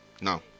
No